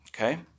okay